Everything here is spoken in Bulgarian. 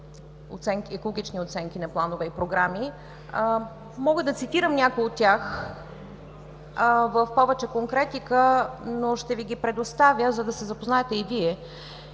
екологични оценки на планове и програми. Мога да цитирам някои от тях в повече конкретика, но ще Ви ги предоставя, за да се запознаете и Вие